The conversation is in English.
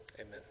Amen